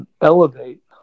elevate